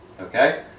Okay